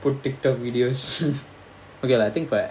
put tik tok videos okay lah I think for